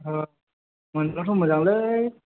हो मोनब्लाथ' मोजांलै